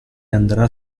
andrà